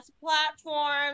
platforms